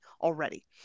already